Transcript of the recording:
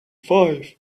five